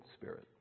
spirit